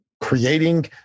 creating